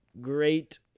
great